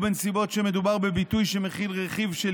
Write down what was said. בנסיבות שבהן מדובר בביטוי שמכיל רכיב של